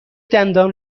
دندان